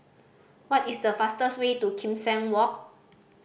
what is the fastest way to Kim Seng Walk